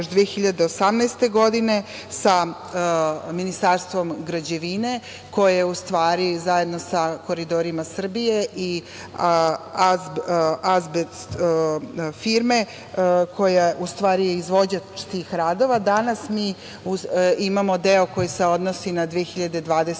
2018. godine sa Ministarstvom građevine, koje je zajedno sa „Koridorima Srbije“ i „Azbest firme“, koja je izvođač tih radova, danas mi imamo deo koji se odnosi na 2021.